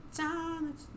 time